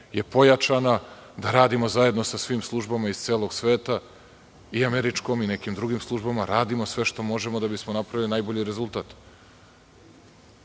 je pojačana, da radimo zajedno sa svim službama iz celog sveta i američkom i nekim drugim službama, radimo sve što možemo da bismo napravili najbolji rezultate. Kako